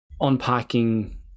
unpacking